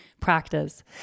Practice